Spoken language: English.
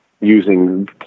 using